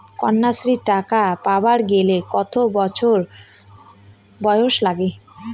কন্যাশ্রী টাকা পাবার গেলে কতো বছর বয়স লাগে?